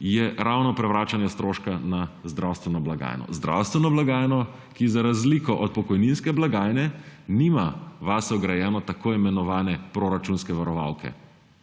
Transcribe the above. je ravno prevračanje stroške na zdravstveno blagajno; zdravstveno blagajno, ki za razliko od pokojninske blagajne nima vase vgrajene tako imenovane proračunske varovalke.